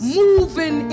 moving